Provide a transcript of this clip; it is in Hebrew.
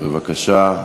בבקשה.